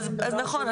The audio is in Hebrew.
נכון.